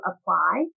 apply